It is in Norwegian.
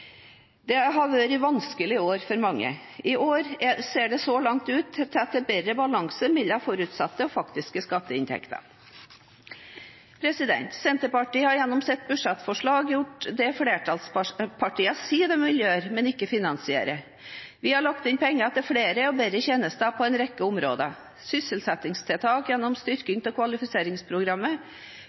Det har vært et vanskelig år for mange. I år ser det så langt ut til at det er bedre balanse mellom forutsatte og faktiske skatteinntekter. Senterpartiet har gjennom sitt budsjettforslag gjort det flertallspartiene sier de vil gjøre, men ikke vil finansiere. Vi har lagt inn penger til flere og bedre tjenester på en rekke områder – sysselsettingstiltak gjennom styrking av kvalifiseringsprogrammet,